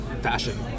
fashion